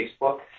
Facebook